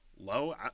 Low